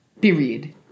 Period